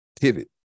pivot